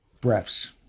breaths